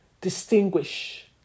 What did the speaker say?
distinguish